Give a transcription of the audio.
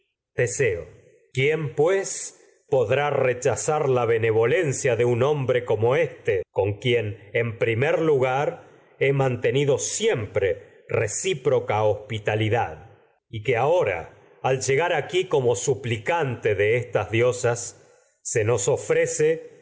quién podrá rechazar la benevolen con un hombre como éste quien en primer lugar he mantenido siempre reciproca hospitalidad y que edipo en colono ahora al se nos llegar aquí como no suplicante de estas diosas ofrece